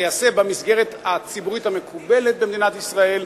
זה ייעשה במסגרת הציבורית המקובלת במדינת ישראל.